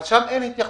אבל שם אין התייחסות,